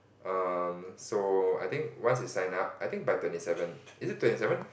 um so I think once you sign up I think by twenty seven is it twenty seven